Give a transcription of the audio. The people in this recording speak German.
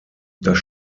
das